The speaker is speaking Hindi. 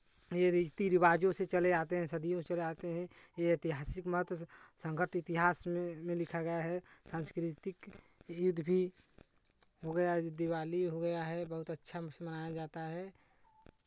ये रीति रिवाजों से चले आते हैं सदियों फिर आते हैं ये ऐतिहासिक महत्व है संगत इतिहास में ये लिखा गया है सांस्कृतिक युद्ध भी हो गया ई दिवाली हो गया है बहुत अच्छा से मनाया जाता है